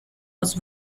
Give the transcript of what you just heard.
was